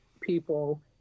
people